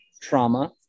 trauma